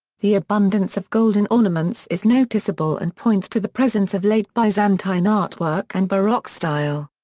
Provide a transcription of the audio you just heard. the abundance of golden ornaments is noticeable and points to the presence of late-byzantine artwork and baroque style.